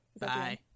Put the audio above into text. bye